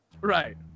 Right